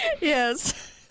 Yes